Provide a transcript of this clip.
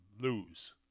lose